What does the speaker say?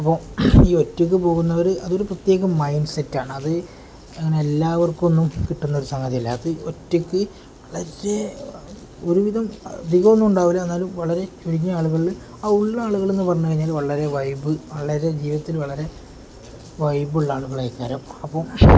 അപ്പം ഈ ഒറ്റക്ക് പോകുന്നവർ അതൊരു പ്രത്യേകം മൈൻഡ്സെറ്റ് ആണ് അത് അങ്ങനെ എല്ലാവർക്കൊന്നും കിട്ടുന്ന ഒരു സംഗതിയല്ല അത് ഒറ്റക്ക് വളരെ ഒരുവിധം അധികം ഒന്നും ഉണ്ടാവില്ല എന്നാലും വളരെ ചുരുങ്ങിയ ആളുകളിൽ ആ ഉള്ള ആളുകൾ എന്ന് പറഞ്ഞുകഴിഞ്ഞാൽ വളരെ വൈബ് വളരെ ജീവിതത്തിൽ വളരെ വൈബുള്ള ആളുകളായിക്കാരം അപ്പം